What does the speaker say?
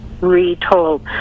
retold